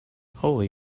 holy